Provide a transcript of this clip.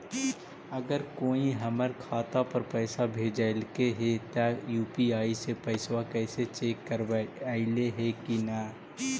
अगर कोइ हमर खाता पर पैसा भेजलके हे त यु.पी.आई से पैसबा कैसे चेक करबइ ऐले हे कि न?